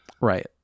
Right